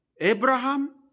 Abraham